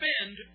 spend